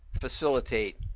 facilitate